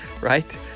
Right